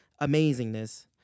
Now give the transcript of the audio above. amazingness